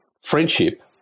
friendship